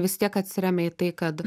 vis tiek atsiremia į tai kad